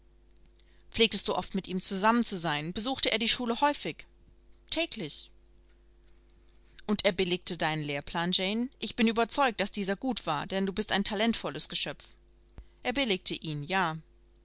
pflegtest du oft mit ihm zusammen zu sein besuchte er die schule häufig täglich und er billigte deinen lehrplan jane ich bin überzeugt daß dieser gut war denn du bist ein talentvolles geschöpf er billigte ihn ja